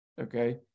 okay